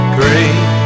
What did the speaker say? great